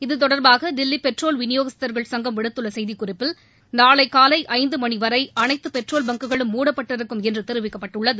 இத்தொடர்பாக தில்லி பெட்ரோல் விநியோகஸ்தர்கள் சங்கம் விடுத்துள்ள செய்திக் குறிப்பில் நாளை காலை ஐந்து மணி வரை அனைத்து பெட்ரோல் பங்க் குகளும் மூடப்பட்டிருக்கும் என்று தெரிவிக்கப்பட்டுள்ளது